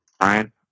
Ryan